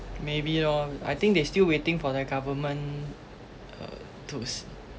maybe lor I think they still waiting for the government uh to